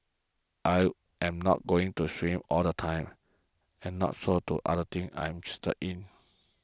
I am not going to swim all the time and not so do other things I'm interested in